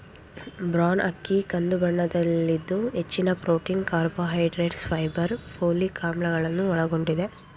bran ಅಕ್ಕಿ ಕಂದು ಬಣ್ಣದಲ್ಲಿದ್ದು ಹೆಚ್ಚಿನ ಪ್ರೊಟೀನ್, ಕಾರ್ಬೋಹೈಡ್ರೇಟ್ಸ್, ಫೈಬರ್, ಪೋಲಿಕ್ ಆಮ್ಲಗಳನ್ನು ಒಳಗೊಂಡಿದೆ